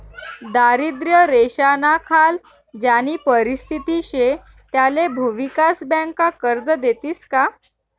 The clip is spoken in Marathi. दारिद्र्य रेषानाखाल ज्यानी परिस्थिती शे त्याले भुविकास बँका कर्ज देतीस का?